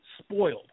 spoiled